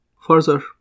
Further